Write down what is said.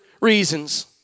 reasons